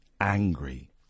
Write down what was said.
angry